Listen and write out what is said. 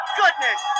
goodness